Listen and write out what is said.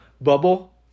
bubble